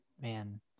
man